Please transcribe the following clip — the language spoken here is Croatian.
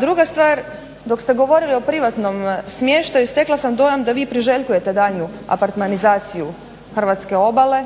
druga stvar, dok ste govorili o privatnom smještaju stekla sam dojam da vi priželjkujete daljnju apartmanizaciju hrvatske obale